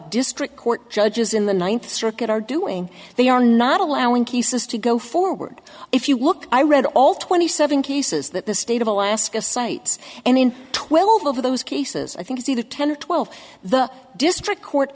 district court judges in the ninth circuit are doing they are not allowing cases to go forward if you look i read all twenty seven cases that the state of alaska cites and in twelve of those cases i think it's either ten or twelve the district court